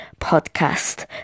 podcast